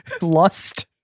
lust